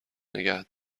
نگه